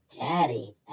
Daddy